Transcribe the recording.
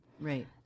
Right